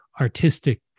artistic